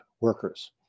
workers